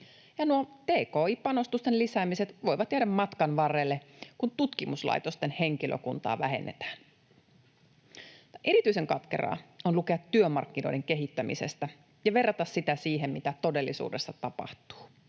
tki-panostusten lisäämiset voivat jäädä matkan varrelle, kun tutkimuslaitosten henkilökuntaa vähennetään. Erityisen katkeraa on lukea työmarkkinoiden kehittämisestä ja verrata sitä siihen, mitä todellisuudessa tapahtuu.